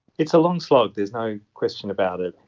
it's a long slog, there's no question about it.